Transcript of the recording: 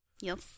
Yes